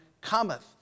cometh